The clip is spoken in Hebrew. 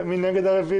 מי נמנע?